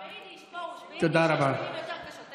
ביידיש, פרוש, ביידיש יש מילים יותר קשות.